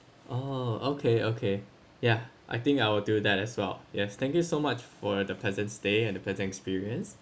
oh okay okay ya I think I will do that as well yes thank you so much for the pleasant stay and the pleasant experience